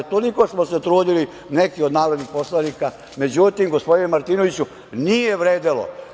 Toliko smo se trudili, neki od narodnih poslanika, međutim, gospodine Martinoviću, nije vredelo.